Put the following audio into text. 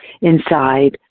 inside